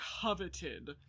coveted